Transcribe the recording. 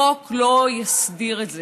חוק לא יסדיר את זה.